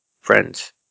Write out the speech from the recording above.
friends